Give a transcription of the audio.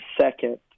second